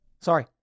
Sorry